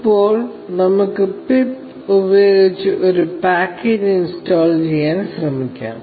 ഇപ്പോൾ നമുക്ക് പിപ്പ് ഉപയോഗിച്ച് ഒരു പാക്കേജ് ഇൻസ്റ്റാൾ ചെയ്യാൻ ശ്രമിക്കാം